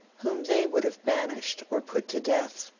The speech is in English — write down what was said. whom they would have banished or put to death.